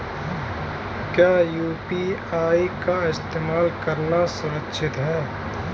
क्या यू.पी.आई का इस्तेमाल करना सुरक्षित है?